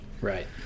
Right